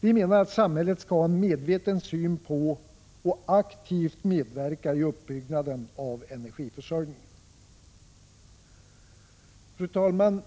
Vi menar att samhället skall ha en medveten syn på och aktivt medverka i uppbyggnaden av energiförsörjningen. Fru talman!